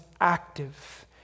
active